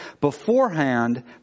beforehand